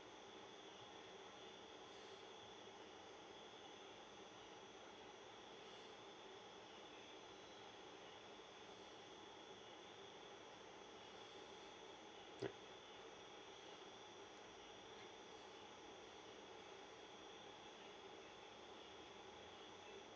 yup